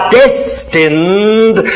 destined